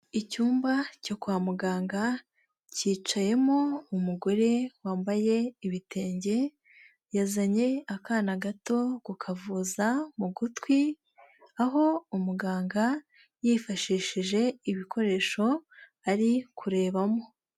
Icyumba cyo kwa muganga, cyicayemo umugore wambaye ibitenge, yazanye akana gato kukavuza mu gutwi, aho umuganga yifashishije ibikoresho ari kurebamo.